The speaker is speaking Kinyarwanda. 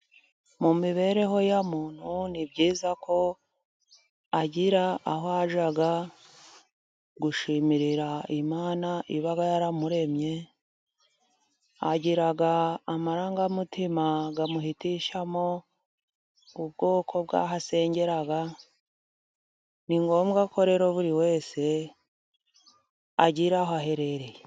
Mu mibereho ya muntu, ni byiza ko agira aho yajya gushimira Imana iba yaramuremye, agira amarangamutima amuhitishamo ubwoko bwaho asengera, ni ngombwa ko rero buri wese agira aho aherereye.